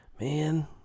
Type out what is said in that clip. man